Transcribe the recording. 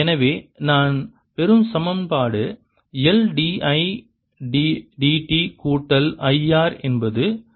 எனவே நான் பெறும் சமன்பாடு L d I d t கூட்டல் I R என்பது ஈ